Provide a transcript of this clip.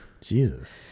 Jesus